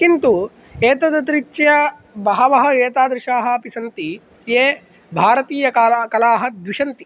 किन्तु एतदतिरिच्य बहवः एतादृशाः अपि सन्ति ये भारतीयकाल कलाः दूषन्ते